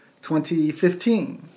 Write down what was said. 2015